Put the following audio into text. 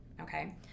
Okay